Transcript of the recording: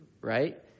right